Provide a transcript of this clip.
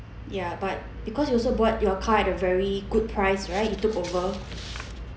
ya but because you also bought your car at a very good price right you took over